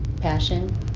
passion